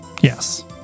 yes